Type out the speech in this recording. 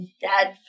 dad